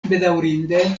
bedaŭrinde